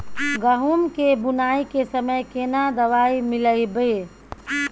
गहूम के बुनाई के समय केना दवाई मिलैबे?